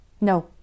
No